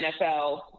NFL